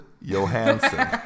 Johansson